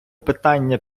питання